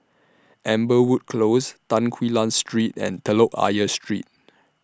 Amberwood Close Tan Quee Lan Street and Telok Ayer Street